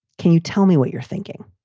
can you tell me what you're thinking?